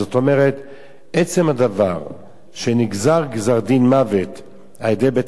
עצם הדבר שנגזר גזר-דין מוות על-ידי בית-המשפט של הרשות,